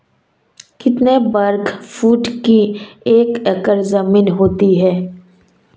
कितने वर्ग फुट की एक एकड़ ज़मीन होती है?